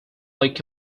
league